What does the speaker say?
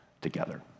together